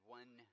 one